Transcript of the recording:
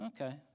Okay